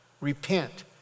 repent